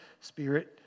spirit